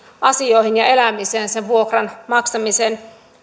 asioihin ja elämiseen sen vuokran maksamisen